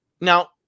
Now